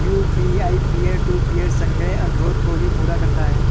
UPI peer to peer संग्रह अनुरोध को भी पूरा करता है